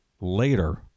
later